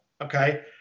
okay